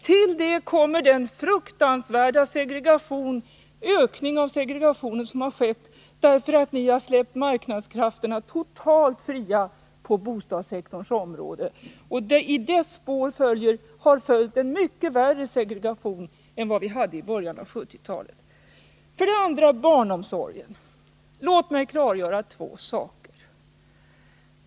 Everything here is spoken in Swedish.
Till detta kommer den fruktansvärda ökning av segregationen som har skett därför att ni har släppt marknadskrafterna totalt fria på bostadssektorns område. I deras spår har följt en mycket värre segregation än vad vi hade i början av 1970-talet. Den andra frågan gäller barnomsorgen. Låt mig klargöra två saker.